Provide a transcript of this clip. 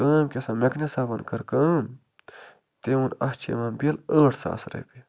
کٲم کیٛاہ سا مٮ۪کنِک صٲبَن کٔر کٲم تٔمۍ ووٚن اَتھ چھِ یِوان بِل ٲٹھ ساس رۄپیہِ